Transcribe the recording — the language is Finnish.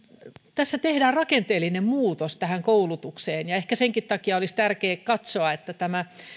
tässä tehdään rakenteellinen muutos koulutukseen ja ehkä senkin takia olisi tärkeä katsoa että